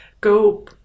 go